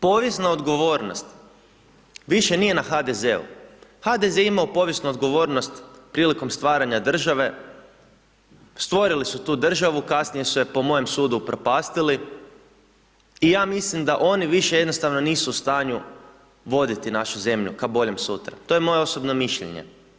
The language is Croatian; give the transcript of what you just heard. Povijesna odgovornost više nije na HDZ-u, HDZ je imao povijesnu odgovornost prilikom stvaranja države, stvorili su tu državu, kasnije su je, po mojem sudu, upropastili, i ja mislim da oni više jednostavno nisu u stanju voditi našu zemlju ka boljem sutra, to je moje osobno mišljenje.